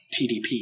tdp